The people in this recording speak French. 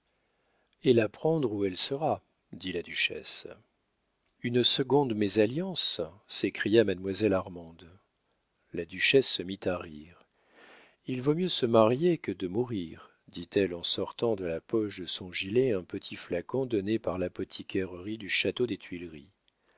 et la prendre où elle sera dit la duchesse une seconde mésalliance s'écria mademoiselle armande la duchesse se mit à rire il vaut mieux se marier que de mourir dit-elle en sortant de la poche de son gilet un petit flacon donné par l'apothicairerie du château des tuileries